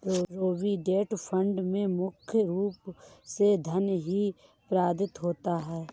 provident fund में मुख्य रूप से धन ही प्रदत्त होता है